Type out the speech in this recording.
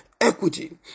equity